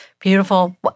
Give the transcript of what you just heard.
beautiful